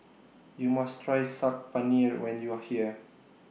YOU must Try Saag Paneer when YOU Are here